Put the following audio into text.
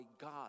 God